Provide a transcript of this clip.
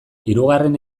hirugarren